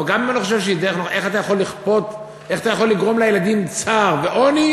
איך אתה יכול לגרום לילדים צער ועוני